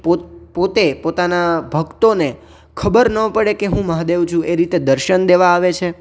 પોત પોતે પોતાના ભક્તોને ખબર ન પડે કે હું મહાદેવ છું એ રીતે દર્શન દેવા આવે છે